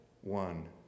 one